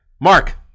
Mark